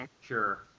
sure